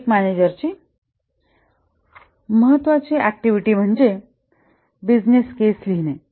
project मॅनेजरची महत्वाची activity म्हणजे बिझनेस केस लिहिणे